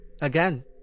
Again